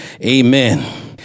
Amen